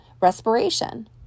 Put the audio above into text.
respiration